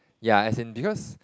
ya as in because